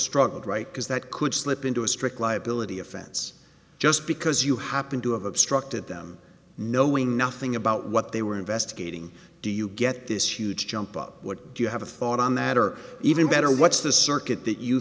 struggled right because that could slip into a strict liability offense just because you happen to have obstructed them knowing nothing about what they were investigating do you get this huge jump up what do you have a thought on that or even better what's the circuit that you